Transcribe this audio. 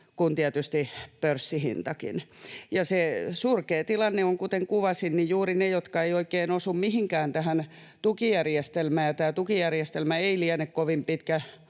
kuin tietysti pörssihintakin. Ja se surkea tilanne on, kuten kuvasin, että juuri niiden, jotka eivät oikein osu mihinkään tähän tukijärjestelmään — ja tämä tukijärjestelmä ei liene kovin